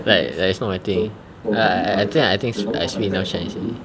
like like it's not my thing I I I think I think I speak enough chinese already